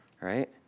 Right